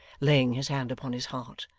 laying his hand upon his heart.